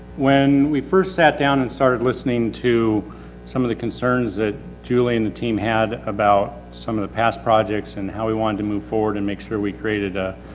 when we first sat down and started listening to some of the concerns that like and the team had about some of the past projects and how we wanted to move forward and make sure we created a,